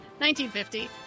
1950